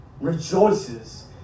rejoices